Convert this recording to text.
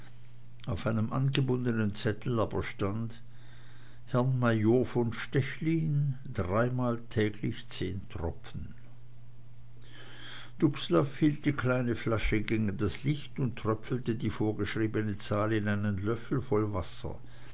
auf einem angebundenen zettel aber stand herrn major von stechlin dreimal täglich zehn tropfen dubslav hielt die kleine flasche gegen das licht und tröpfelte die vorgeschriebene zahl in einen löffel wasser